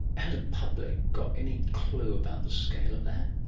has the public got any clue about the scale of that?